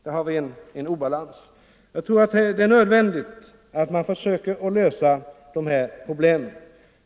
Det finns alltså en stor obalans, och jag tror att det är nödvändigt att vi försöker lösa problemet.